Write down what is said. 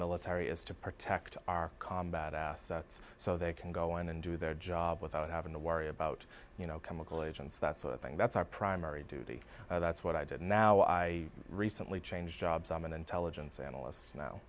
military is to protect our combat assets so they can go in and do their job without having to worry about you know chemical agents that sort of thing that's our primary duty that's what i did and now i recently changed jobs i'm an intelligence analyst now